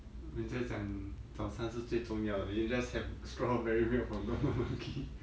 人家讲早餐是最重要的 you just have strawberry milk from don don donki